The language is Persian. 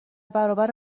برابر